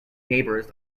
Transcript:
neighbours